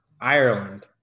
Ireland